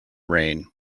rain